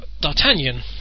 D'Artagnan